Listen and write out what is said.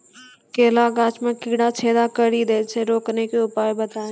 केला गाछ मे कीड़ा छेदा कड़ी दे छ रोकने के उपाय बताइए?